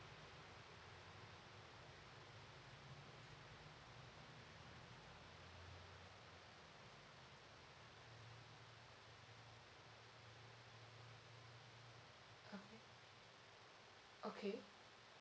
okay